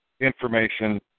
information